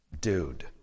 dude